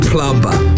Plumber